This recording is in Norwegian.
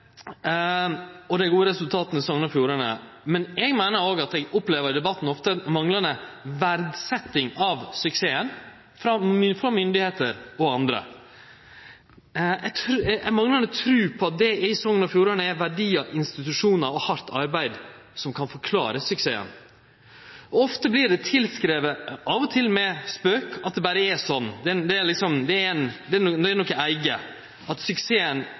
gode resultata i Sogn og Fjordane. Men eg meiner òg at eg opplever i debatten ei manglande verdsetjing av suksessen frå myndigheiter og andre – ei manglande tru på at det i Sogn og Fjordane er verdiar, institusjonar og hardt arbeid som kan forklare suksessen. Ofte vert det grunngjeve med, av og til i spøk, at det berre er slik. Det er